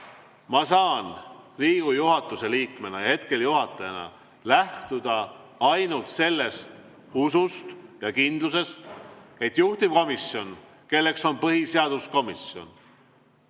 saan Riigikogu juhatuse liikmena ja hetkel juhatajana lähtuda ainult sellest usust ja kindlusest, et juhtivkomisjon, kelleks on põhiseaduskomisjon,